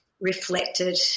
reflected